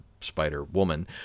Spider-Woman